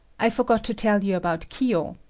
i forgot to tell you about kiyo.